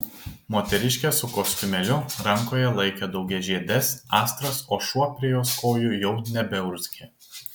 moteriškė su kostiumėliu rankoje laikė daugiažiedes astras o šuo prie jos kojų jau nebeurzgė